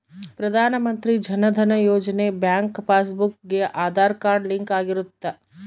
ಪ್ರಧಾನ Mantri Jan Dhan Yojana bank passbook ಗೆ Aadhaar card link ಆಗಿರುತ್ತ